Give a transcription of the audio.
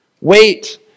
Wait